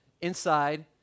inside